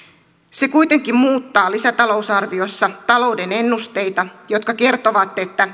se kuitenkin muuttaa lisätalousarviossa talouden ennusteita jotka kertovat että